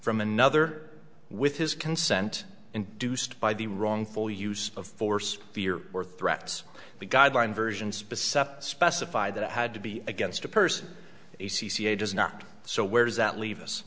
from another with his consent induced by the wrongful use of force fear or threats the guideline versions specify that it had to be against a person does not so where does that leave us